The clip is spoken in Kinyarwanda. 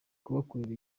kubakorera